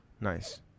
nice